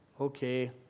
Okay